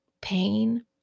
pain